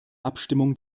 abstimmung